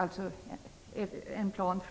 I höstas